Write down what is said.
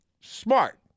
smart